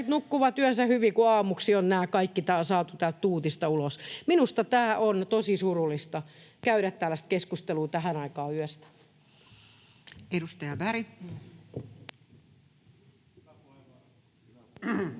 nukkuvat yönsä hyvin, kun aamuksi on nämä kaikki saatu täältä tuutista ulos. Minusta on tosi surullista käydä tällaista keskustelua tähän aikaan yöstä. Edustaja Berg.